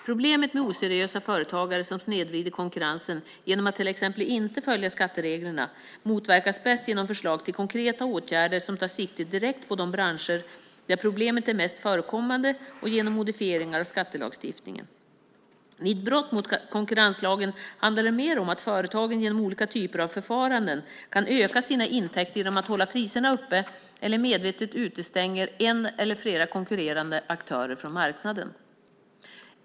Problemet med oseriösa företagare, som snedvrider konkurrensen genom att till exempel inte följa skattereglerna, motverkas bäst genom förslag till konkreta åtgärder som tar sikte direkt på de branscher där problemet är mest förekommande och genom modifieringar av skattelagstiftningen. Vid brott mot konkurrenslagen handlar det mer om att företagen genom olika typer av förfaranden kan öka sina intäkter genom att hålla priserna uppe eller medvetet utestänga en eller flera konkurrerande aktörer från marknaden.